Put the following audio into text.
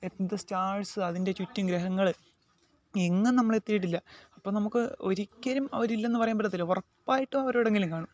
എന്ത് സ്റ്റാർസ് അതിൻ്റെ ചുറ്റും ഗ്രഹങ്ങൾ എങ്ങും നമ്മൾ എത്തിയിട്ടില്ല അപ്പോൾ നമുക്ക് ഒരിക്കലും അവരില്ലെന്ന് പറയാൻ പറ്റത്തില്ല ഉറപ്പായിട്ടും അവരെവിടെയെങ്കിലും കാണും